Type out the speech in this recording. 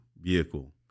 vehicle